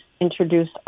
introduce